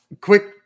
quick